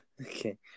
Okay